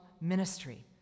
ministry